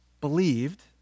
believed